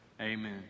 Amen